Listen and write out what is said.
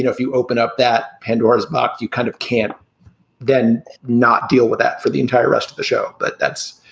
if you open up that pandora's box, you kind of can't then not deal with that for the entire rest of the show. but that's